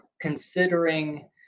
considering